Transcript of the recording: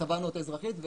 ותבענו אותו אזרחית.